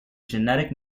genetic